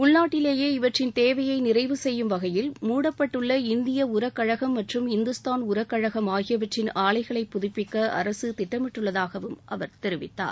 உள்நாட்டிலேயே இவற்றின் தேவையை நிறைவு செய்யும் வகையில் மூடப்பட்டுள்ள இந்திய உர கழகம் மற்றும் இந்துஸ்தான் உர கழகம் ஆகியவற்றின் ஆலைகளை புதுப்பிக்க அரசு திட்டமிட்டுள்ளதாகவும் அவர் தெரிவித்தார்